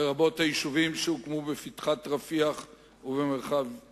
לרבות היישובים שהוקמו בפתחת-רפיח ובמרחב-שלמה.